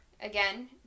Again